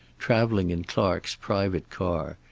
traveling in clark's private car,